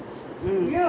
for me nothing